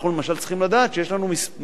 אנחנו למשל צריכים לדעת שיש לנו מספיק